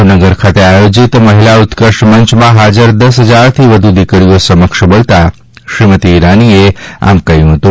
ભાવનગર ખાતે આયોજીત મહિલા ઉત્કર્ષમંચમાં હાજર દશ હજારથી વધુ દિકરીઓ સમક્ષ બોલતા શ્રીમતી ઇરાનીએ આમ કહ્યું હતું